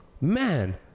man